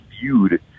viewed